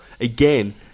Again